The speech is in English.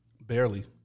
Barely